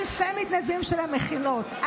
אלפי מתנדבים של המכינות,